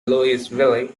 louisville